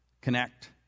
connect